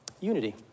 Unity